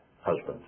husband